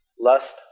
Lust